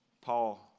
Paul